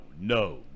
no